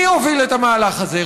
מי הוביל את המהלך הזה?